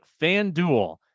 FanDuel